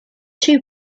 two